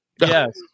Yes